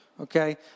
okay